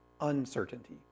uncertainty